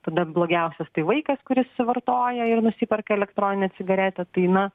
tada blogiausias tai vaikas kuris suvartoja ir nusiperka elektroninę cigaretę tai na